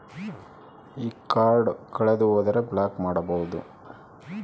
ಈ ಕಾರ್ಡ್ ಕಳೆದು ಹೋದರೆ ಬ್ಲಾಕ್ ಮಾಡಬಹುದು?